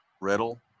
Riddle